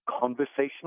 conversational